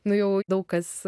nu jau daug kas